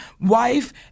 wife